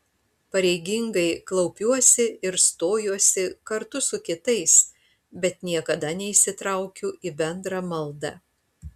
pareigingai klaupiuosi ir stojuosi kartu su kitais bet niekada neįsitraukiu į bendrą maldą